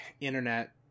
internet